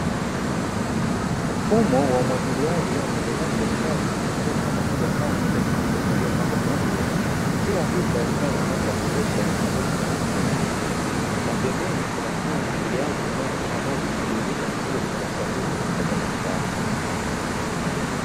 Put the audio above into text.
Mfumo wa umwagiliaji unaendelea kustadi kupitia shamba kubwa sana lenye matuta yaliyopandwa kwa hatua, kila tu taarifa nafasi ya kutosha kwenye udongo mweusi kwenye rutuba, na pembeni, kuna mfumo umwagiliaji unaowakisha maji mtiririka vizuri kwa usahihi katikati ya matuta hayo.